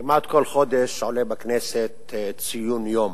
כמעט כל חודש עולה בכנסת ציון יום: